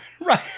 right